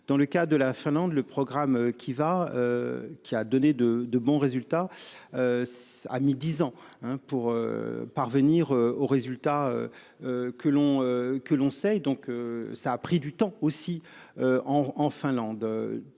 dans le cas de la Finlande, le programme qui va. Qui a donné de, de bons résultats. Ça a mis 10 ans pour parvenir au résultat. Que l'on, que l'on sait. Donc ça a pris du temps aussi. En Finlande.